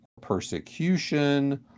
persecution